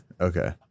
okay